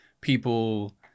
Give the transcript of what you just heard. people